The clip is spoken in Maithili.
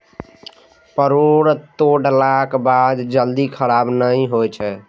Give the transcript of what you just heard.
परोर तोड़लाक बाद जल्दी खराब नहि होइ छै